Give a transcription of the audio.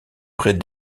près